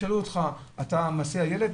ישאלו אותך: אתה מסיע ילד?